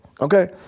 Okay